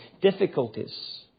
difficulties